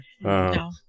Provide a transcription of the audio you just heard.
No